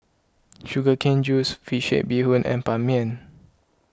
Sugar Cane Juice Fish Head Bee Hoon and Ban Mian